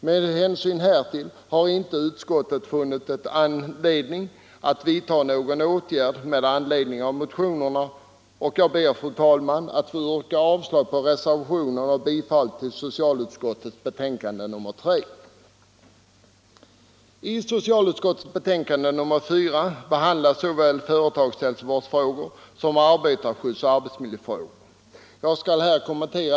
Med hänsyn härtill har utskottet inte funnit anledning att vidta någon åtgärd med anledning av motionerna, och jag ber, fru talman, att få yrka bifall till socialutskottets hemställan i betänkandet nr 3.